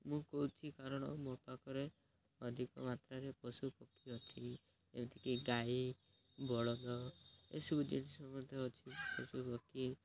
ମୁଁ କହୁଛିି କାରଣ ମୋ ପାଖରେ ଅଧିକମାତ୍ରାରେ ପଶୁପକ୍ଷୀ ଅଛି ଯେମିତିକି ଗାଈ ବଳଦ ଏସବୁ ଜିନିଷ ମଧ୍ୟ ଅଛି ପଶୁପକ୍ଷୀ